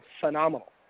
phenomenal